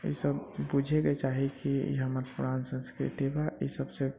ई सभ बुझैके चाही कि ई हमर पुरान संस्कृति बा ई सभसँ